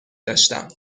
داشتم